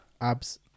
Abs